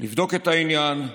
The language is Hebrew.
לבדוק את העניין,